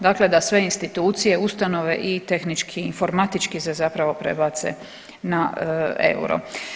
Dakle, da sve institucije, ustanove i tehnički, informatički se zapravo prebace na euro.